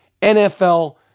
NFL